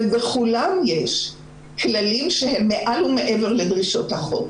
בכולם יש כללים שהם מעל ומעבר לדרישות החוק,